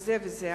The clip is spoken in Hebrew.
וזה וזה.